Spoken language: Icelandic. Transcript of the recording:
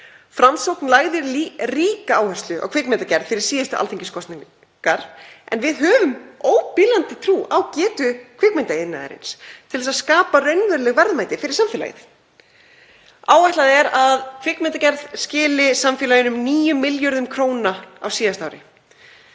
Framsókn lagði ríka áherslu á kvikmyndagerð fyrir síðustu alþingiskosningar en við höfum óbilandi trú á getu kvikmyndaiðnaðarins til að skapa raunveruleg verðmæti fyrir samfélagið. Áætlað er að kvikmyndagerð hafi skilað samfélaginu um 9 milljörðum kr. á síðasta ári.